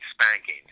spanking